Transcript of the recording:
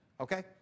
Okay